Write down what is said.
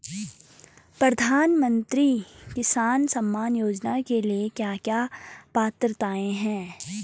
प्रधानमंत्री किसान सम्मान योजना के लिए क्या क्या पात्रताऐं हैं?